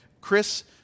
Chris